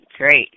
great